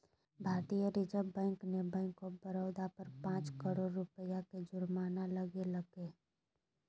भारतीय reserve bank ने bank of Baroda पर पांच करोड़ रुपया के जुर्माना लगैलके